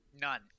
None